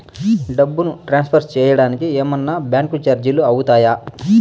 డబ్బును ట్రాన్స్ఫర్ సేయడానికి ఏమన్నా బ్యాంకు చార్జీలు అవుతాయా?